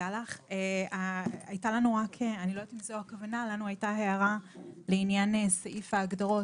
לנו היתה הערה לעניין סעיף ההגדרות.